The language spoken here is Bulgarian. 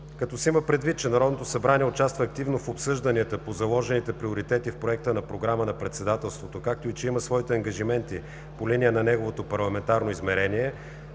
Като се има предвид, че Народното събрание участва активно в обсъжданията по заложените приоритети в проекта на Програма на председателството, както и че има своите ангажименти по линия на неговото Парламентарно измерение,